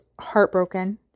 heartbroken